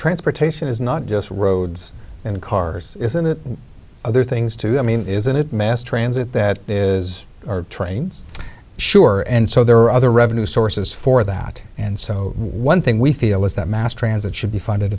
transportation is not just roads and cars isn't it other things to do i mean isn't it mass transit that is trains sure and so there are other revenue sources for that and so one thing we feel is that mass transit should be funded